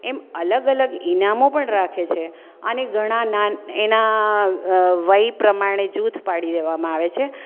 એમ અલગ અલગ ઇનામો પણ રાખે છે અને ઘણા એનાં વય પ્રમાણે જૂથ પાડી દેવામાં આવે છે